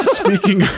speaking